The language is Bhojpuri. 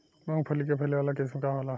मूँगफली के फैले वाला किस्म का होला?